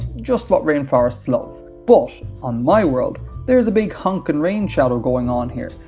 just what rainforests love. but on my world, there is a big hunk and rain shadow going on here,